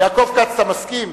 יעקב כץ, אתה מסכים?